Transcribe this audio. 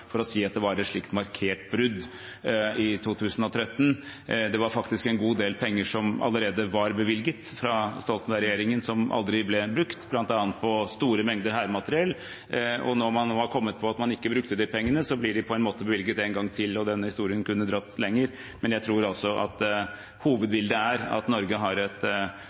for å si at det var et markert brudd i 2013. Det var faktisk en god del penger som allerede var bevilget fra Stoltenberg-regjeringen som aldri ble brukt, bl.a. på store mengder hærmateriell. Da man hadde kommet på at man ikke hadde brukt de pengene, ble de på en måte bevilget en gang til. Denne historien kunne en dratt lenger, men jeg tror altså at hovedbildet er at Norge har et